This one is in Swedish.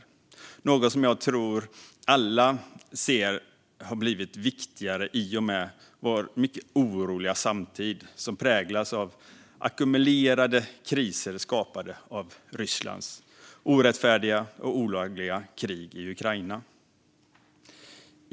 Det är något som jag tror alla ser har blivit viktigare i och med vår mycket oroliga samtid, som präglas av ackumulerade kriser skapade av Rysslands orättfärdiga och olagliga krig i Ukraina.